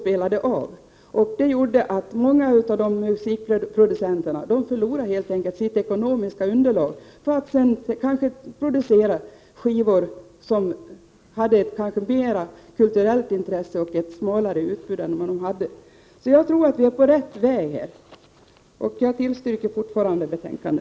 Det ledde till att många av musikproducenterna helt enkelt förlorade sitt ekonomiska underlag för att producera t.ex. skivor av mer kulturellt intresse med ett smalare utbud. Jag tror därför att vi är på rätt väg, och jag yrkar bifall till hemställan i utskottets betänkande.